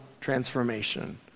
transformation